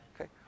Okay